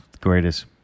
greatest